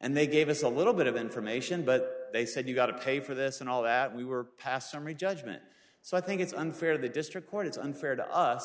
and they gave us a little bit of information but they said you got to pay for this and all that we were past summary judgment so i think it's unfair the district court it's unfair to us